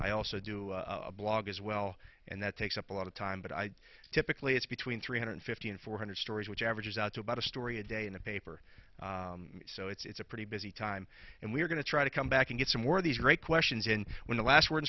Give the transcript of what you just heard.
i also do a blog as well and that takes up a lot of time but i typically it's between three hundred fifty and four hundred stories which averages out to about a story a day in the paper so it's a pretty busy time and we're going to try to come back and get some more of these great questions in when the last word